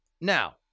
Now